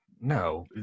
No